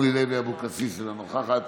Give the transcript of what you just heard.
אורלי לוי אבקסיס, אינה נוכחת,